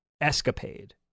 escapade